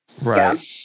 right